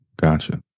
gotcha